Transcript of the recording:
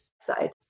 side